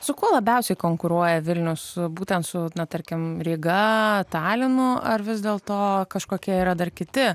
su kuo labiausiai konkuruoja vilnius būtent su na tarkim ryga talinu ar vis dėlto kažkokie yra dar kiti